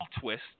twist